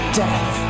death